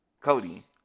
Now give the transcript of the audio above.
Cody